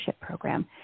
program